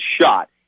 shot